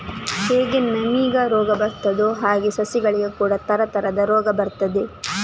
ಹೇಗೆ ನಮಿಗೆ ರೋಗ ಬರ್ತದೋ ಹಾಗೇ ಸಸಿಗಳಿಗೆ ಕೂಡಾ ತರತರದ ರೋಗ ಬರ್ತದೆ